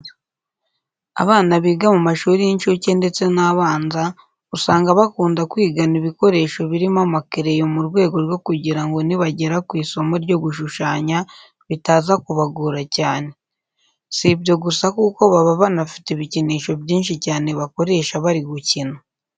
Abana biga mu mashuri y'inshuke ndetse n'abanza, usanga bakunda kwigana ibikoresho birimo amakereyo mu rwego rwo kugira ngo nibagera ku isomo ryo gushushanya bitaza kubagora cyane. Si ibyo gusa kuko baba banafite ibikinisho byinshi cyane bakoresha bari gukina.